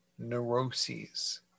neuroses